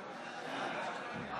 ההצעה להעביר את הצעת חוק החזר מקדמה